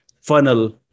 funnel